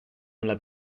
nella